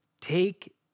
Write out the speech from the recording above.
take